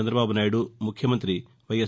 చందబాబునాయుడు ముఖ్యమంతి వైఎస్